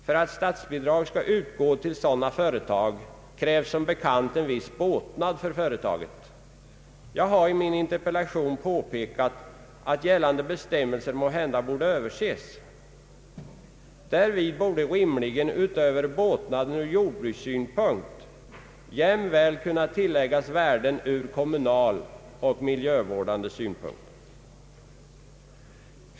För att statsbidrag skall utgå till sådana företag krävs som bekant en viss båtnad för företagen. Jag har i min interpellation påpekat att gällande bestämmelser måhända bör överses. Därvid bör rimligen utöver båtnaden ur jordbrukssynpunkt jämväl kunna tillläggas värden ur kommunal och miljövårdande synpunkt.